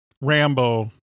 Rambo